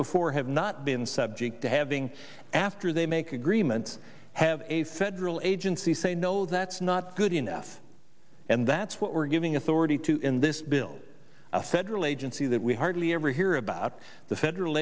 before have not been subject to having after they make agreements have a federal agency say no that's not good enough and that's what we're giving authority to in this bill that a federal agency that we hardly ever hear about the federal